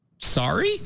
Sorry